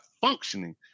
functioning